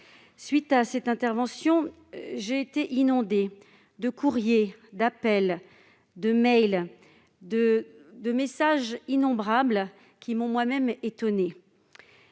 suite de cette intervention, j'ai été inondée de courriers, d'appels, de mails, de messages innombrables, à tel point que